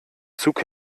zug